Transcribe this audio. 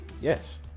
Yes